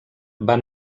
van